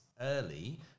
early